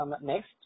Next